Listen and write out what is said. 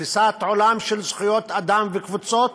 בתפיסת עולם של זכויות אדם וקבוצות,